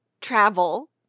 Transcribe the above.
travel